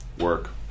work